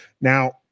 now